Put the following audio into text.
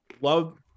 Love